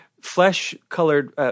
Flesh-colored